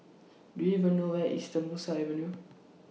Do YOU know Where IS Tembusu Avenue